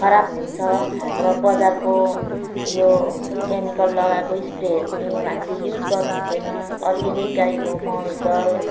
खराब हुन्छ र बजारको यो केमिकल लगाएको स्प्रेहरू पनि हामीले युज गर्नुहुँदैन अर्ग्यानिक गाईको मलजल